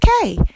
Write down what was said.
okay